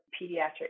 pediatric